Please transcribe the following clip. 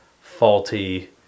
faulty